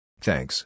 Thanks